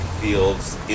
fields